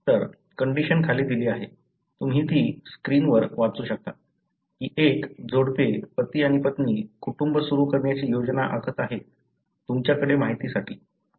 तर कंडिशन खाली दिली आहे तुम्ही ती स्क्रीनवर वाचू शकता की एक जोडपे पती आणि पत्नी कुटुंब सुरू करण्याची योजना आखत आहेत तुमच्याकडे माहितीसाठी